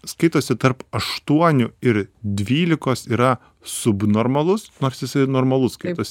skaitosi tarp aštuonių ir dvylikos yra subnormalus nors jisai normalus skaitosi